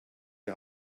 die